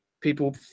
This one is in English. people